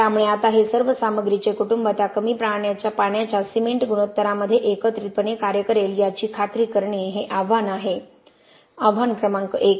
त्यामुळे आता हे सर्व सामग्रीचे कुटुंब त्या कमी पाण्याच्या सिमेंट गुणोत्तरामध्ये एकत्रितपणे कार्य करेल याची खात्री करणे हे आव्हान आहे आव्हान क्रमांक १